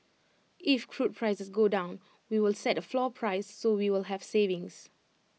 if crude prices go down we will set A floor price so we will have savings